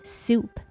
soup